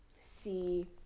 see